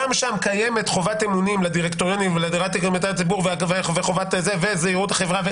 גם שם קיימת חובת אמונים לדירקטוריון וחובת זה וזהירות החברה,